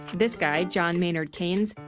this guy, john maynard keynes.